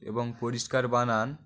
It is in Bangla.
এবং পরিষ্কার বানান